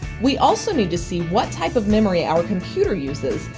we also need to see what type of memory our computer uses,